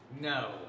No